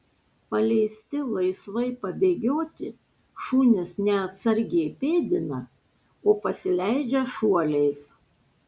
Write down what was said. paleisti laisvai pabėgioti šunys ne atsargiai pėdina o pasileidžia šuoliais